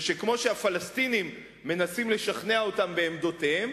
וכמו שהפלסטינים מנסים לשכנע אותם בעמדותיהם,